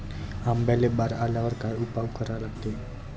आंब्याले बार आल्यावर काय उपाव करा लागते?